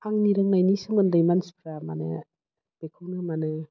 आंनि रोंनायनि सोमोन्दै मानसिफ्रा माने बेखौनो माने